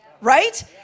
right